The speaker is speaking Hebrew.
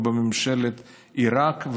ובממשלת עיראק,